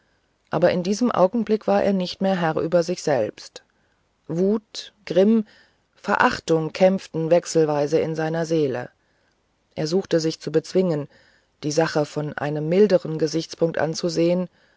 aber in diesem augenblick war er nicht mehr herr über sich wut grimm verachtung kämpften wechselweise in seiner seele er suchte sich zu bezwingen die sache von einem milderen gesichtspunkt anzusehen